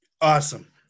Awesome